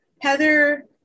Heather